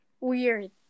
weird